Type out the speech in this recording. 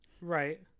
Right